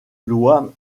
loi